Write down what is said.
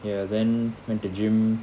ya then went to gym